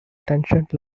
tangent